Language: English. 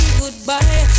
goodbye